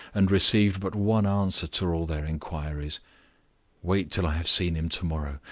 and received but one answer to all their inquiries wait till i have seen him to-morrow.